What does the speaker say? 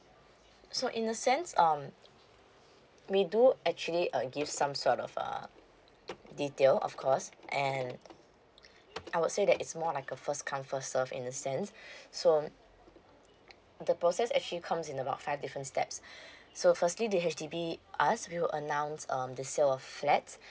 so in a sense um we do actually uh give some sort of err detail of course and I would say that it's more like a first come first serve in a sense so the process actually comes in about five different steps so firstly the H_D_B us we will announce um the sale of flat